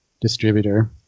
distributor